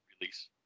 release